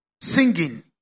Singing